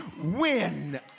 win